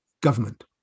government